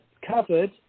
covered